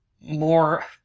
more